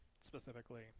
specifically